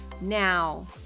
now